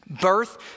birth